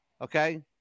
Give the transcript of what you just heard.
Okay